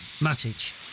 Matic